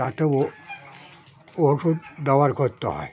তাতে ও ওষুধ ব্যবহার করতে হয়